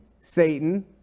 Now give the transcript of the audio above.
Satan